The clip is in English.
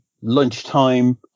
lunchtime